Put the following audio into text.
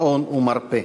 מעון ומרפא.